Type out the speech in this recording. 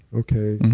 okay.